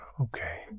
okay